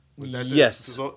Yes